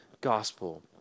gospel